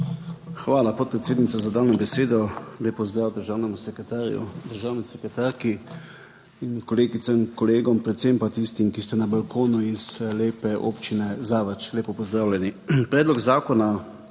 Hvala, podpredsednica, za dano besedo. Lep pozdrav državnemu sekretarju, državni sekretarki in kolegicam in kolegom, predvsem pa tistim, ki ste na balkonu, iz lepe občine Zavrč, lepo pozdravljeni! Predlog zakona